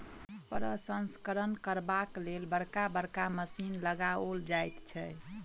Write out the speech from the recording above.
प्रसंस्करण करबाक लेल बड़का बड़का मशीन लगाओल जाइत छै